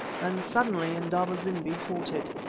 then suddenly indaba-zimbi halted.